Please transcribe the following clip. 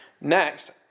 Next